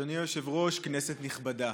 אדוני היושב-ראש, כנסת נכבדה,